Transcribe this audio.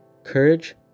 courage